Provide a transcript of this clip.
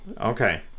Okay